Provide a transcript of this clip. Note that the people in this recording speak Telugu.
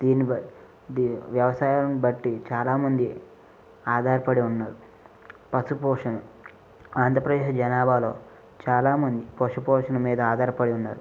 దీని బట్ వ్యవసాయం బట్టి చాలామంది ఆధారపడి ఉన్నారు పశుపోషణ ఆంధ్రప్రదేశ్ జనాభాలో చాలా మంది పశుపోషణ మీద ఆధారపడి ఉన్నారు